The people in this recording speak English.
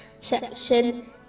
section